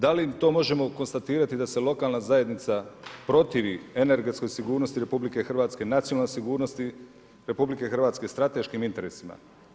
Da li to možemo konstatirati da se lokalna zajednica protivi energetskoj sigurnosti RH, nacionalnoj sigurnosti RH, strateškim interesima?